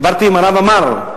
דיברתי עם הרב עמאר,